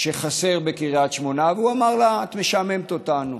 שחסר בקריית שמונה, והוא אמר לה: את משעממת אותנו.